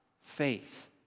faith